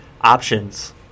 Options